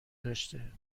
داشته